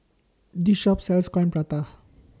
This Shop sells Coin Prata